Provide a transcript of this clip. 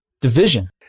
Division